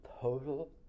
total